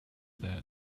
that